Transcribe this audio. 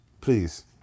Please